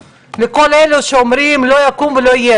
לכל אלה שאומרים "לא יקום ולא יהיה",